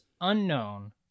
unknown